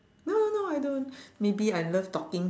no no no I don't maybe I love talking